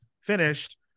finished